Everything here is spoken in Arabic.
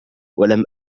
ولم